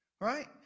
right